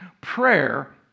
Prayer